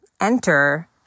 enter